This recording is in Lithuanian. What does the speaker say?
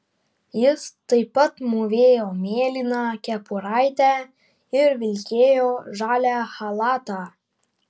jis taip pat mūvėjo mėlyną kepuraitę ir vilkėjo žalią chalatą